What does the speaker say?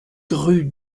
rue